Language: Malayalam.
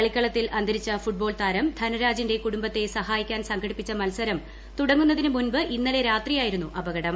കളിക്കളത്തിൽ അന്തരിച്ച ഫുട്ബോൾ താരം ധനരാജിന്റെ കുടുംബത്തെ സഹായിക്കാൻ സംഘടിപ്പിച്ച മത്സരം തുടങ്ങുന്നതിനു മുൻപ് ഇന്നലെ രാത്രിയായിരുന്നു അപകടം